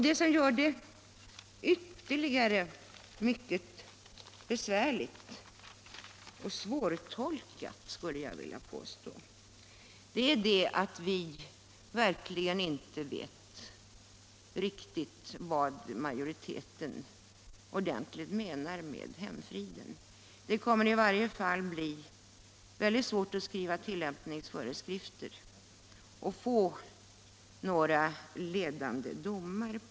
Något som ytterligare gör det hela mycket besvärligt och svårtolkat är att vi inte riktigt vet vad majoriteten egentligen menar med hemfrid. I varje fall kommer det att bli väldigt svårt att skriva tillämpningsföreskrifter och få några ledande domar.